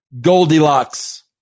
Goldilocks